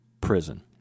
prison